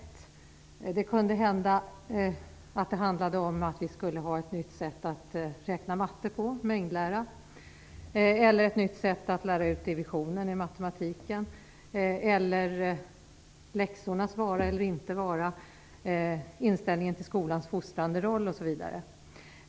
Det kunde handla om ett nytt sätt att räkna på, mängdlära, eller ett nytt sätt att lära ut division i matematiken, läxornas vara eller inte vara, inställningen till skolans fostrande roll osv.